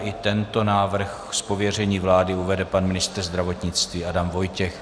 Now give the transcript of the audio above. I tento návrh z pověření vlády uvede pan ministr zdravotnictví Adam Vojtěch.